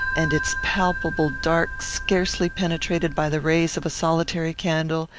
and its palpable dark scarcely penetrated by the rays of a solitary candle,